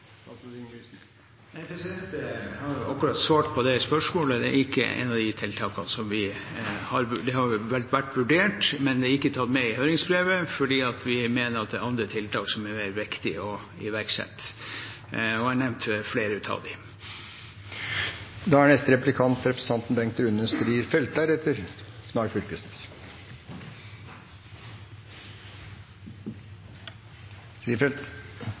Jeg har akkurat svart på det spørsmålet. Det tiltaket har vært vurdert, men det er ikke tatt med i høringsbrevet fordi vi mener det er andre tiltak som er viktigere å iverksette. Jeg har nevnt flere av